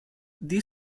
the